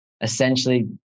essentially